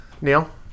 Neil